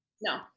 no